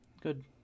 good